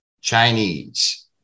chinese